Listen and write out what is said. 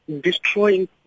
destroying